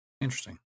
Interesting